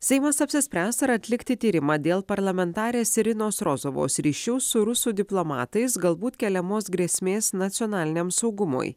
seimas apsispręs ar atlikti tyrimą dėl parlamentarės irinos rozovos ryšių su rusų diplomatais galbūt keliamos grėsmės nacionaliniam saugumui